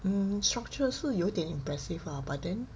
嗯 structure 是有点 impressive lah but then